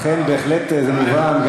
לכן בהחלט זה מובן.